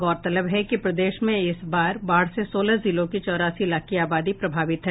गौरतलब है कि प्रदेश में इस बार बाढ़ से सोलह जिलों की चौरासी लाख की आबादी प्रभावित है